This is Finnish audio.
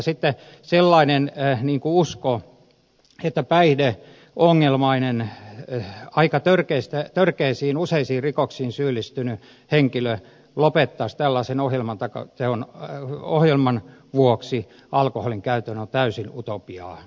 sitten sellainen usko että aika törkeisiin useisiin rikoksiin syyllistynyt päihdeongelmainen henkilö lopettaisi tällaisen ohjelman vuoksi alkoholin käytön on täysin utopiaa